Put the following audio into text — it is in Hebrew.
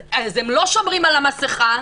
אז הם לא שומרים על המסכה,